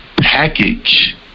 package